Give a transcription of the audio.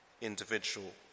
individual